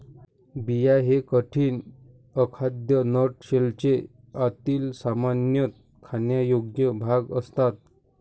बिया हे कठीण, अखाद्य नट शेलचे आतील, सामान्यतः खाण्यायोग्य भाग असतात